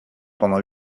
pendant